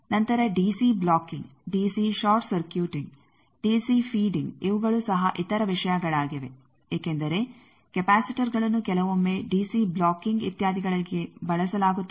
ನಂತರ DC blocking DC short circuiting DC feeding ಇವುಗಳು ಸಹ ಇತರ ವಿಷಯಗಳಾಗಿವೆ ಏಕೆಂದರೆ ಕೆಪಾಸಿಟರ್ಗಳನ್ನು ಕೆಲವೊಮ್ಮೆ ಡಿಸಿ ಬ್ಲೋಕ್ಕಿಂಗ್ ಇತ್ಯಾದಿಗಳಿಗೆ ಬಳಸಲಾಗುತ್ತದೆ